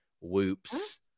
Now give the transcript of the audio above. Whoops